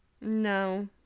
No